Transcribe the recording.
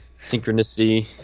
synchronicity